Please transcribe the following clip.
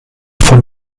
von